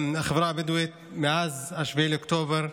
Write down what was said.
החברה הבדואית, מאז 7 באוקטובר,